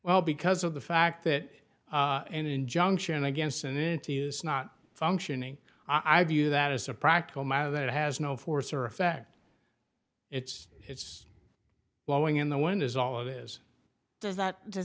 well because of the fact that an injunction against an it is not functioning i view that as a practical matter that has no force or effect it's it's blowing in the wind is all it is does not does